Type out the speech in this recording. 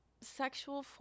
Sexual